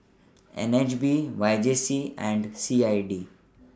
N H B Y J C and C I D